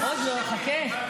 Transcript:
עוד לא, חכה.